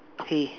okay